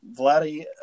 Vladdy